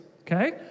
Okay